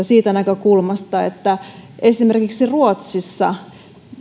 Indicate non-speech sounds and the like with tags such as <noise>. <unintelligible> siitä näkökulmasta että esimerkiksi ruotsissa